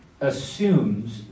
assumes